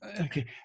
Okay